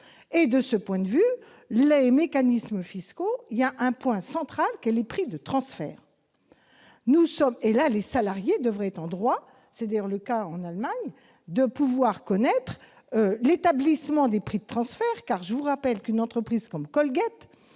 S'agissant des mécanismes fiscaux, il existe un point central : les prix de transfert. Les salariés devraient être en droit- c'est d'ailleurs le cas en Allemagne -de connaître l'établissement des prix de transfert. Je vous rappelle qu'une entreprise comme Colgate